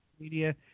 Media